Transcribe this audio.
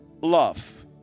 love